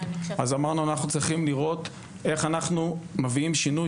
אמרנו: אנחנו צריכים לראות איך אנחנו מביאים שינוי